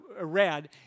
read